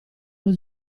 allo